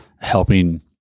helping